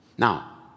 Now